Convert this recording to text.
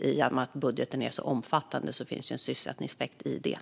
I och med att budgeten är så omfattande finns det en sysselsättningseffekt i detta.